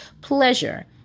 pleasure